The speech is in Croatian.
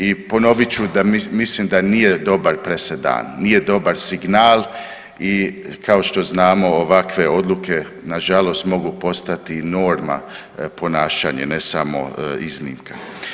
I ponovit ću, mislim da nije dobar presedan, nije dobar signal i kao što znamo ovakve odluke nažalost mogu postati i norma ponašanja ne samo iznimka.